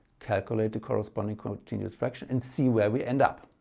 calculate the corresponding fraction and see where we end up.